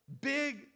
big